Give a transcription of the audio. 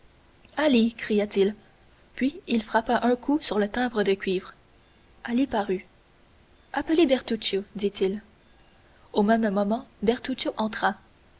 ali cria-t-il puis il frappa un coup sur le timbre de cuivre ali parut appelez bertuccio dit-il au même moment bertuccio entra